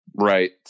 right